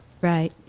Right